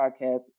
podcast